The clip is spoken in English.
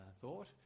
thought